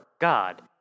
God